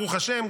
ברוך השם,